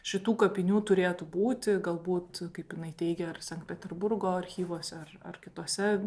šitų kapinių turėtų būti galbūt kaip jinai teigia ar sankt peterburgo archyvuose ar ar kituose